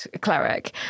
cleric